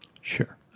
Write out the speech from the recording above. Sure